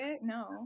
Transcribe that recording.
no